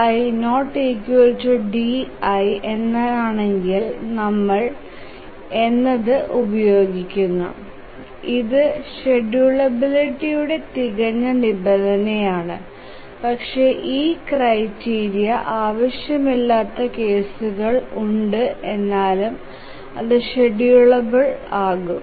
pi ≠ di എന്നാണെകിൽ നമ്മൾ eiminpidi എന്നത് ഉപയോഗിക്കണം ഇതു ഷേഡ്യൂളബിലിറ്റിയുടെ തികഞ്ഞ നിബന്ധന ആണ് പക്ഷെ ഈ ക്രൈറ്റീരിയ ആവശ്യമില്ലാത്ത കേസുകൾ ഉണ്ട് എനാലും അതു ഷേഡ്യൂളബിൽ ആകും